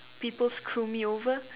people screw me over